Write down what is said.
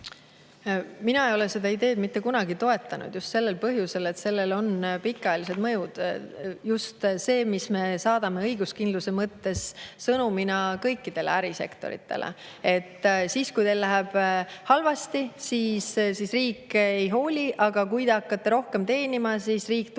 Mina ei ole seda ideed mitte kunagi toetanud just sellel põhjusel, et sellel on pikaajalised mõjud. Just ka see sõnum, mille me saadame õiguskindluse [kohta] kõikidele ärisektoritele: siis, kui teil läheb halvasti, riik ei hooli, aga kui te hakkate rohkem teenima, siis riik tuleb